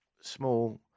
small